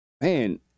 man